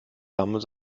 samuel